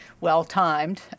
well-timed